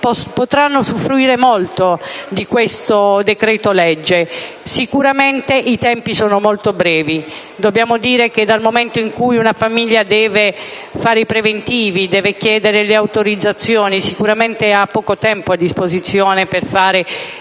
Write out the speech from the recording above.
potranno usufruire molto di questo decreto-legge. Sicuramente i tempi sono molto brevi. Dal momento in cui una famiglia deve fare i preventivi e deve chiedere le autorizzazioni, sicuramente ha poco tempo a disposizione per fare